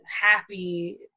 happy